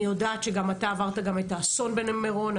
אני יודעת שאתה עברת את האסון במירון,